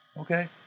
okay